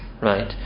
right